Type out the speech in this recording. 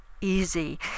easy